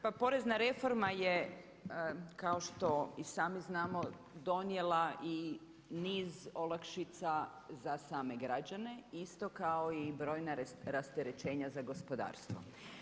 Pa porezna reforma je kao što i sami znamo donijela i niz olakšica za same građane isto kao i brojna rasterećenja za gospodarstvo.